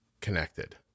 connected